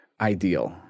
ideal